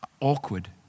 awkward